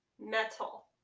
Metal